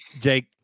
Jake